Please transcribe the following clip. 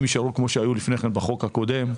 הם יישארו כמו היו לפני כן בחוק הקודם.